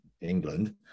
england